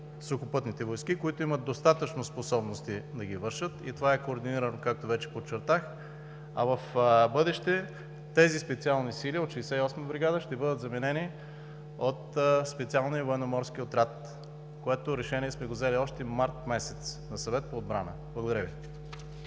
Сухопътните войски, които имат достатъчно способности да ги вършат. Това е координирано, както вече подчертах. В бъдеще тези Специални сили от 68-а бригада ще бъдат заменени от Специалния военноморски отряд. Това решение сме го взели още март месец на Съвет по отбрана. Благодаря Ви.